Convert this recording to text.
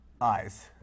eyes